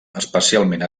especialment